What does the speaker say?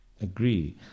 agree